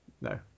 No